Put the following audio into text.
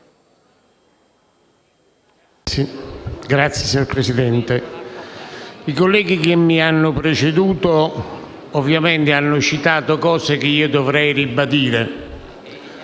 Signor Presidente, i colleghi che mi hanno preceduto, ovviamente, hanno citato cose che io dovrei ribadire